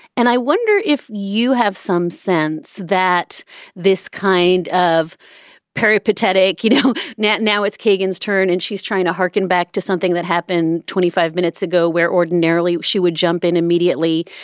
and i wonder if you have some sense that this kind of peripatetic, you know, net now it's kagan's turn and she's trying to hearken back to something that happened twenty five minutes ago where ordinarily she would jump in immediately.